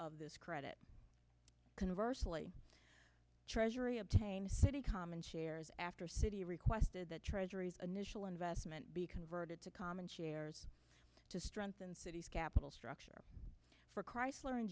of this credit converse alee treasury obtained city common shares after city requested the treasury's initial investment be converted to common shares to strengthen city's capital structure for chrysler and